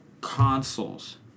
consoles